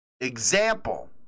Example